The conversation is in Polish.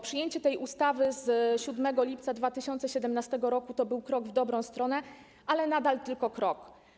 Przyjęcie tej ustawy z 7 lipca 2017 r. to był krok w dobrą stronę, ale nadal tylko krok.